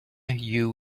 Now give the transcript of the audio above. you